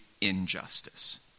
injustice